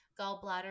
Gallbladder